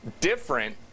different